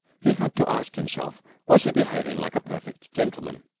he had to ask himself was he behaving like a perfect gentleman?